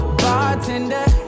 bartender